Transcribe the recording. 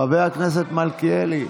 חבר הכנסת מלכיאלי,